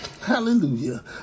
Hallelujah